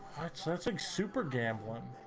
accessing super gambling.